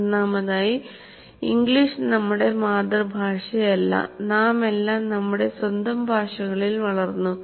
ഒന്നാമതായി ഇംഗ്ലീഷ് നമ്മുടെ മാതൃഭാഷയല്ല നാമെല്ലാം നമ്മുടെ സ്വന്തം ഭാഷകളിൽ വളർന്നു